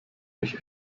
mich